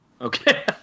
Okay